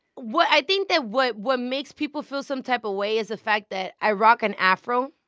what i think that what what makes people feel some type of way is the fact that i rock an afro,